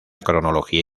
cronología